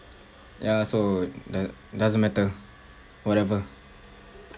ya so doe~ doesn't matter whatever